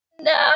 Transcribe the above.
no